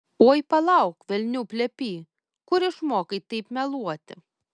oi palauk velnių plepy kur išmokai taip meluoti